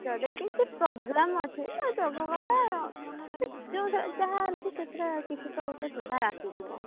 ଯଦି କିଛି ପ୍ରୋବ୍ଲେମ୍ ଅଛି ନା ଯାହା ହେଲେ କି ସେଥିରେ କିଛି ତ ଗୋଟେ ସୁଧାର ଆସିଯିବ